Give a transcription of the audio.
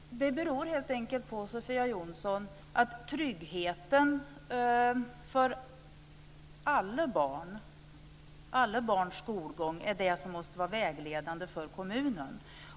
Herr talman! Det beror helt enkelt på, Sofia Jonsson, att tryggheten för alla barns skolgång måste vara vägledande för kommunen.